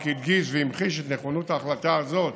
זה רק הדגיש והמחיש את נכונות ההחלטה הזאת